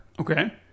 Okay